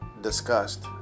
discussed